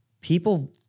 people